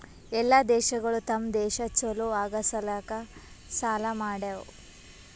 ಎಲ್ಲಾ ದೇಶಗೊಳ್ ತಮ್ ದೇಶ ಛಲೋ ಆಗಾ ಸಲ್ಯಾಕ್ ಸಾಲಾ ಮಾಡ್ಯಾವ್